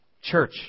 Church